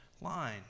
line